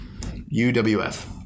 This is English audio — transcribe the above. UWF